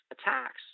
attacks